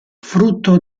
frutto